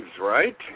right